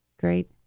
Great